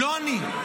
לא אני.